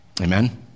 Amen